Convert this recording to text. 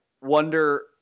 wonder